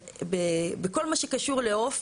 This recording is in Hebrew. מה שקשור לעוף,